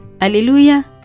Alleluia